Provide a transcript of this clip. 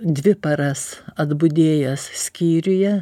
dvi paras atbudėjęs skyriuje